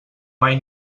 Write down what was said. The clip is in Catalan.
mai